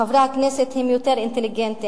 חברי הכנסת הם יותר אינטליגנטים,